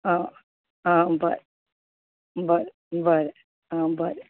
बरें बरें बरें आ बरें